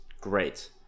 Great